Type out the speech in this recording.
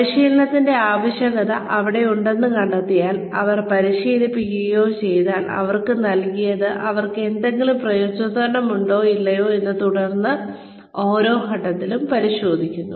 പരിശീലനത്തിന്റെ ആവശ്യകത അവിടെ ഉണ്ടെന്ന് കണ്ടെത്തിയാൽ അവർ പരിശീലിക്കുകയും ചെയ്താൽ അവർക്ക് നൽകിയത് അവർക്ക് എന്തെങ്കിലും പ്രയോജനമുണ്ടോ ഇല്ലയോ എന്ന് തുടർന്ന് ഓരോ ഘട്ടത്തിലും പരിശോധിക്കുന്നു